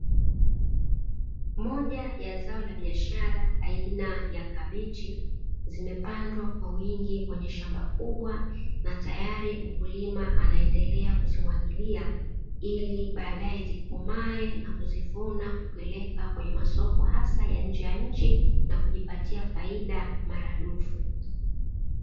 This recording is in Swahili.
Moja ya zao la biashara aina ya kabichi zimepandwa kwa wingi kwenye shamba kubwa na tayari mkulima anaendelea kuzimwagilia ili badae zikomae na kuzivuna kupeleka kwenye masoko hasa ya nje ya nchi na kujipatia faida mara dufu.